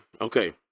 okay